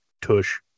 tush